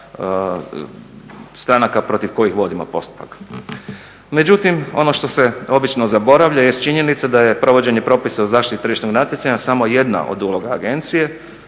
stranaka protiv kojih vodimo postupak. Međutim, ono što se obično zaboravlja jest činjenica da je provođenje propisa o zaštiti tržišnog natjecanja samo jedna od uloga agencije.